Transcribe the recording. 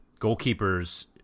goalkeepers